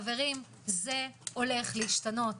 חברים, זה הולך להשתנות.